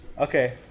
Okay